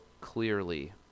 clearly